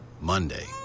Monday